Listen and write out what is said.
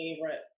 favorite